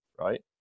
right